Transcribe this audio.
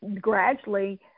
gradually